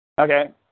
Okay